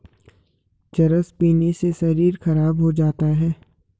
चरस पीने से शरीर खराब हो जाता है